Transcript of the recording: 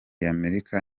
y’amerika